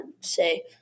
say